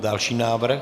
Další návrh?